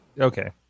Okay